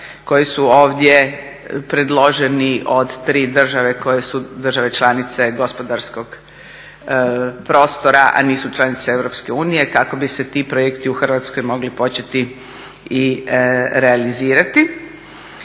koji su ovdje predloženi od tri države koje su države članice gospodarskog prostora, a nisu članice EU, kako bi se ti projekti u Hrvatskoj mogli početi i realizirati.